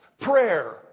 Prayer